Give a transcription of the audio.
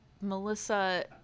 Melissa